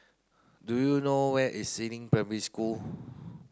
do you know where is Si Ling Primary School